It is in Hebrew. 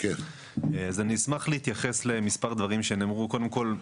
אני אשמח להתייחס למספר דברים שנאמרו כאן.